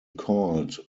called